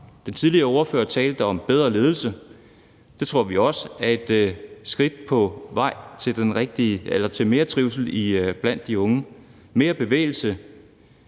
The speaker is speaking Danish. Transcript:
Den foregående ordfører talte om bedre ledelse – det tror vi også er et skridt på vejen til mere trivsel blandt de unge – ligesom